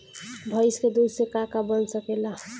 भइस के दूध से का का बन सकेला?